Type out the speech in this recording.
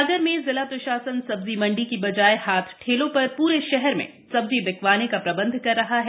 सागर में जिला प्रशासन सब्जी मंडी की बजाय हाथ ठेलों पर पुरे शहर में सब्जी बिकवाने का प्रबंध कर रहा है